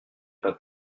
pas